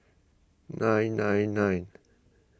nine nine nine